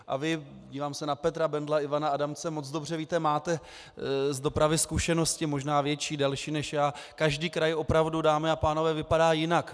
A vy dívám se na Petra Bendla, Ivana Adamce moc dobře víte, máte z dopravy zkušenosti, možná větší, delší než já, že každý kraj opravdu, dámy a pánové, vypadá jinak.